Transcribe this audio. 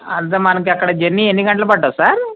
అంటే మనకి అక్కడ జర్నీ ఎన్ని గంటలు పడుతుంది సార్